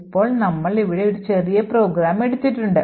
ഇപ്പോൾ നമ്മൾ ഇവിടെ ഒരു ചെറിയ പ്രോഗ്രാം എടുത്തിട്ടുണ്ട്